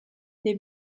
est